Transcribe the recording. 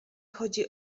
chodzi